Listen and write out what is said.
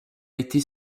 été